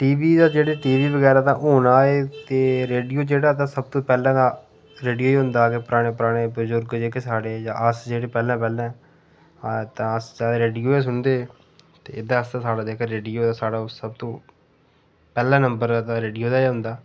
T V बगैरा जेह्ड़े हून आए ते रेडियो जेह्ड़ा सब तूं पैह्लें दा रेडियो च एह् होंदा के पराने पराने बजुर्ग जेह्के साढ़े जां अस जेह्ड़े पैह्लें पैह्लें अस तां रेडियो गै सुनदे हे ते एह्दे आस्तै साढ़ा जेह्का रेडियो एह् साढ़ा ओह् सब तूं पैह्ला नंबर रेडियो दा गै औंदा ऐ